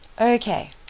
Okay